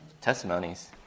testimonies